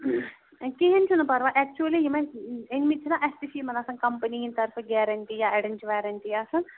کِہیٖنۍ چھُنہٕ پرواے اٮ۪کچُؤلی یِم اَسہِ أنۍمٕتۍ چھِ نا اَسہِ تہِ چھِ یِمَن آسان کَمپٔنی ہِنٛدۍ طرفہٕ گیرَنٹی یا اَڑٮ۪ن چھِ ویرَنٹی آسان